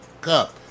cup